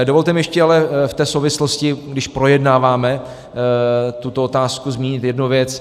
Dovolte mi ještě ale v té souvislosti, když projednáváme tuto otázku, zmínit jednu věc.